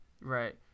Right